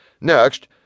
Next